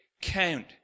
count